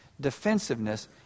defensiveness